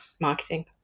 marketing